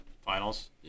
finals